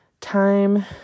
time